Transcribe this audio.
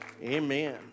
Amen